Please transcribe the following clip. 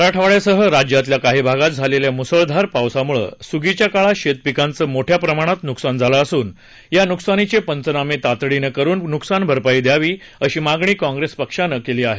मराठवाड्यासह राज्यातल्या काही भागात झालेल्या मुसळधार पावसामुळे सुगीच्या काळात शेतपिकांचं मोठ्या प्रमाणात नुकसान झालं असून या नुकसानीचे पंचनामे तातडीनं पूर्ण करून नुकसान भरपाई द्यावी अशी मागणी काँप्रेस पक्षानं केली आहे